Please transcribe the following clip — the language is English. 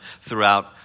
throughout